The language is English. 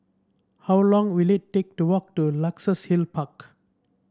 how long will it take to walk to Luxus Hill Park